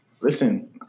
listen